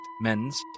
mens